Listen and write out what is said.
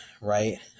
right